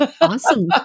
Awesome